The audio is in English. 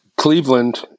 Cleveland